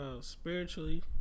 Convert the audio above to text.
spiritually